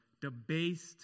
debased